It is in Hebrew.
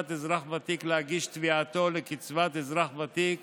אזרח ותיק להגיש תביעתו לקצבת אזרח ותיק